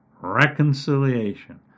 reconciliation